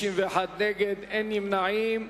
51 נגד, אין נמנעים.